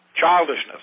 Childishness